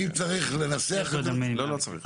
אם צריך לנסח את זה --- לא, לא צריך.